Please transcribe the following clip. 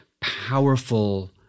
powerful